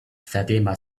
fatima